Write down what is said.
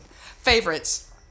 Favorites